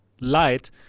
light